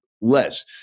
less